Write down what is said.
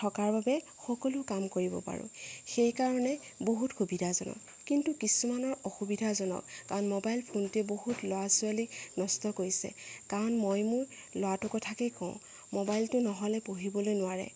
থকাৰ বাবে সকলো কাম কৰিব পাৰোঁ সেইকাৰণে বহুত সুবিধাজনক কিন্তু কিছুমানৰ অসুবিধাজনক কাৰণ ম'বাইল ফোনটোৱে বহুত ল'ৰা ছোৱালীক নষ্ট কৰিছে কাৰণ মই মোৰ ল'ৰাটোৰ কথাকে কওঁ ম'বাইলটো নহ'লে পঢ়িবলে নোৱাৰে